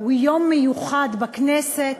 הוא יום מיוחד בכנסת,